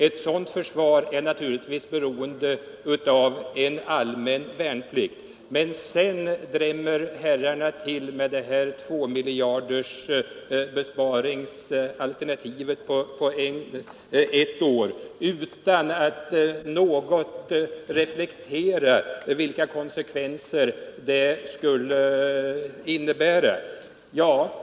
Ett sådant försvar är naturligtvis beroende av en allmän värnplikt. Men sedan drämmer herrarna till med ett besparingsalternativ på 2 miljarder kronor under ett år utan att något reflektera över vilka konsekvenser det skulle innebära.